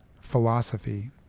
philosophy